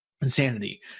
Insanity